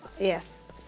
Yes